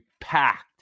packed